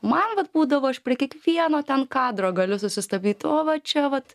man vat būdavo aš prie kiekvieno ten kadro galiu susistabdyt o va čia vat